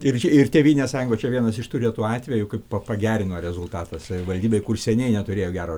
ir čia ir tėvynės sąjungoje čia vienas iš tų retų atvejų kaip pagerino rezultatą savivaldybėj kur seniai neturėjo gero